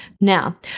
Now